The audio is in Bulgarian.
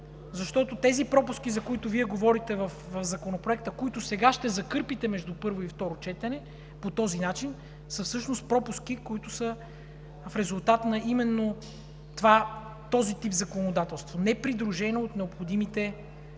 защото тези пропуски, за които Вие говорите в Законопроекта, които сега ще закърпите между първо и второ четене по този начин, са всъщност пропуски, които са в резултат на именно този тип законодателство – не придружено от необходимите